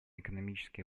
экономические